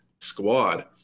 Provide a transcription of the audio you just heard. squad